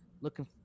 looking